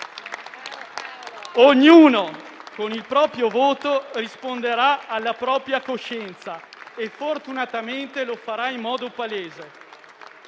Ognuno, con il proprio voto, risponderà alla propria coscienza e fortunatamente lo farà in modo palese.